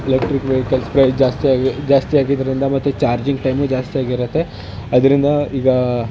electric vehicles price ಜಾಸ್ತಿಯಾಗಿ ಜಾಸ್ತಿಯಾಗಿದ್ದರಿಂದ ಮತ್ತು ಚಾರ್ಜಿಂಗ್ ಟೈಮೂ ಜಾಸ್ತಿಯಾಗಿರುತ್ತೆ ಅದರಿಂದ ಈಗ